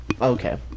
Okay